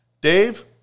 Dave